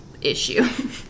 issue